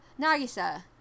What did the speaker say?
Nagisa